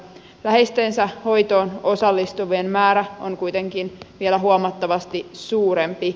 läheistensä hoitoon osallistuvien määrä on kuitenkin vielä huomattavasti suurempi